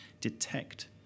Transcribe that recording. detect